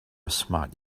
smart